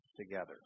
together